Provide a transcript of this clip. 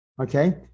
okay